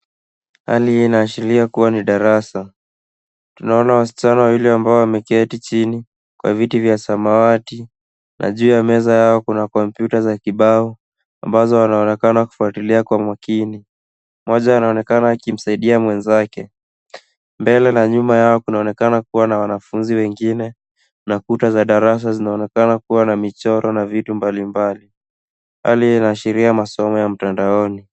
Hali hii inaashiria kuwa ni darasa. Tunaona wasichana wawili ambao wameketi chini kwa viti vya samawati na juu ya meza yao kuna kompyuta za kibao ambazo wanaonekana kufuatilia kwa makini. Mmoja anaonekana akimsaidia mwenzake. Mbele na nyuma yao kunaonekana kuwa na wanafunzi wengine na kuta za darasa zinaoneka kuwa na michoro na vitu mbalimbali. Hali hii inaashiria masomo ya mtandaoni.